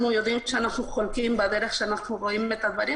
אנחנו יודעות שאנחנו חלוקות בדרך שאנחנו רואות את הדברים,